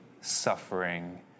suffering